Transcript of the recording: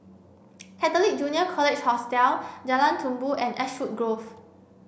Catholic Junior College Hostel Jalan Tumpu and Ashwood Grove